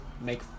make